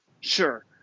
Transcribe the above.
Sure